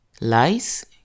lice